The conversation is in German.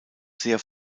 sehr